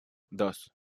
dos